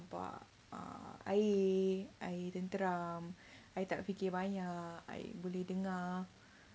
uh air air tenteram I tak fikir banyak I boleh dengar